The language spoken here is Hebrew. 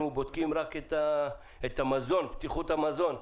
אנחנו בודקים רק את המזון, בטיחות המזון.